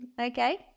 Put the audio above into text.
Okay